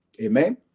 Amen